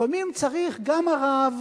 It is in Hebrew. לפעמים, צריך גם הרב